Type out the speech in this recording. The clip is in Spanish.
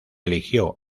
eligió